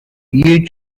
you